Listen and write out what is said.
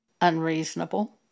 unreasonable